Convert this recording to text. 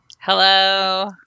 Hello